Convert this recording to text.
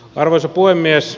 arvoisa puhemies